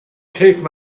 take